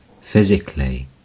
physically